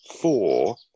four